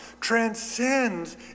transcends